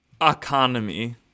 Economy